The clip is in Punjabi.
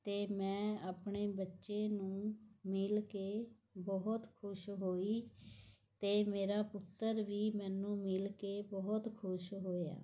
ਅਤੇ ਮੈਂ ਆਪਣੇ ਬੱਚੇ ਨੂੰ ਮਿਲ ਕੇ ਬਹੁਤ ਖੁਸ਼ ਹੋਈ ਅਤੇ ਮੇਰਾ ਪੁੱਤਰ ਵੀ ਮੈਨੂੰ ਮਿਲ ਕੇ ਬਹੁਤ ਖੁਸ਼ ਹੋਇਆ